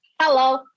hello